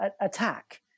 attack